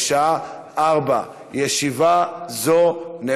תועבר להמשך דיון בוועדת